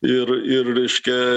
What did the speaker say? ir ir reiškia